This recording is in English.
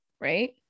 right